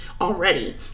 already